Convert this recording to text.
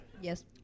Yes